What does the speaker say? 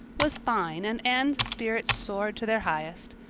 was fine and anne's spirits soared to their highest.